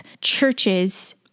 churches